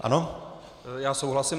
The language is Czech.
Ano, já souhlasím.